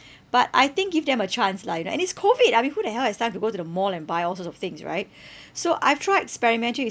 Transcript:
but I think give them a chance lah you know and it's COVID I mean who the hell has time to go to the mall and buy all sorts of things right so I've tried experimenting with